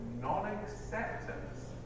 non-acceptance